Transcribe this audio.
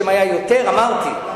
אמרתי,